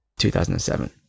2007